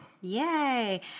Yay